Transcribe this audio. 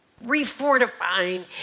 re-fortifying